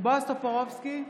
בועז טופורובסקי,